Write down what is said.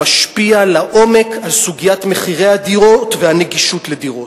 והוא משפיע לעומק על סוגיית מחירי הדירות והנגישות של הדירות.